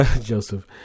Joseph